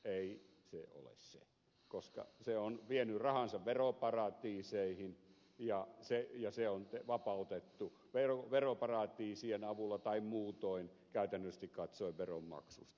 ei se ole se koska se on vienyt rahansa veroparatiiseihin ja se on vapautettu veroparatiisien avulla tai muutoin käytännöllisesti katsoen veronmaksusta